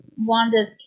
Wanda's